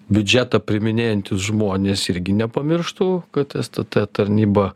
biudžetą priiminėjantys žmonės irgi nepamirštų kad stt tarnyba